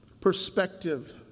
perspective